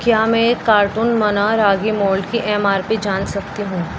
کیا میں carton Manna ragi malt کی ایم آر پی جان سکتی ہوں